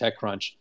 TechCrunch